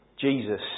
Jesus